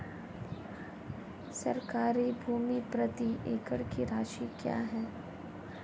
सरकारी भूमि प्रति एकड़ की राशि क्या है?